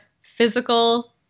physical